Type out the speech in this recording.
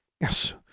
Yes